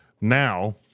Now